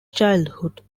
childhood